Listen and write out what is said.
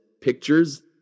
pictures